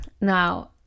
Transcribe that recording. Now